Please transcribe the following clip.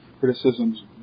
criticisms